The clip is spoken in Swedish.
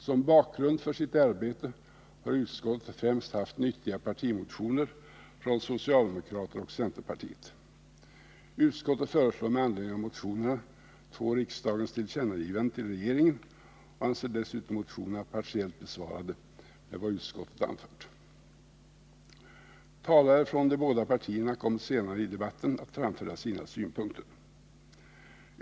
Som bakgrund för sitt arbete har utskottet främst haft nyttiga partimotioner från socialdemokraterna och centerpartiet. Utskottet föreslår med anledning av motionerna två riksdagens tillkännagivanden till regeringen och anser dessutom motionerna partiellt besvarade med vad utskottet anfört. Talare från de båda partierna kommer senare i debatten att framföra sina synpunkter.